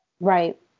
Right